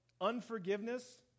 unforgiveness